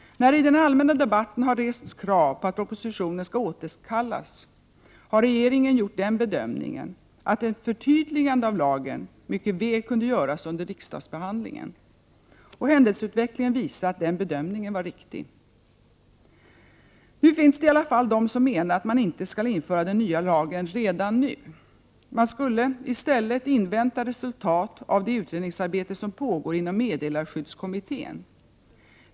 När det i den allmänna debatten har rests krav på att propositionen skall återkallas, har regeringen gjort den bedömningen, att ett förtydligande av lagen mycket väl kunde göras under riksdagsbehandlingen. Händelseutvecklingen visar att den bedömningen var riktig. Det finns i alla fall de som menar att man inte skall införa den nya lagen redan nu. Man skulle i stället invänta resultat av det utredningsarbete som pågår inom meddelarskyddskommittén.